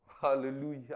Hallelujah